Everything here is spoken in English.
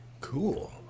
Cool